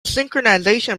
synchronization